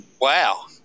wow